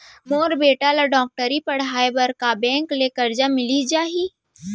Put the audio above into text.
मोर बेटा ल डॉक्टरी पढ़ाये बर का बैंक ले करजा मिलिस जाही?